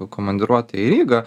komandiruotę į rygą